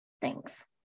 Thanks